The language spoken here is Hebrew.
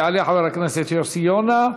יעלה חבר הכנסת יוסי יונה,